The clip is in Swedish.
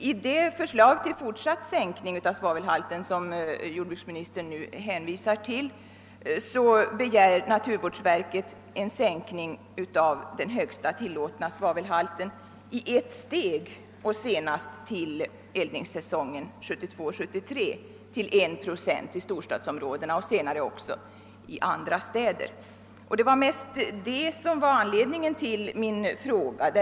I det förslag till fortsatt nedtrappning av svavelhalten som jordbruksministern nu hänvisar till begär naturvårdsverket en sänkning av den högsta tillåtna svavelhalten i ett steg — senast till eldningssäsongen 1972/73 — till 1 procent i storstadsområden och senare också i andra städer. Det var framför allt detta som föranledde min fråga.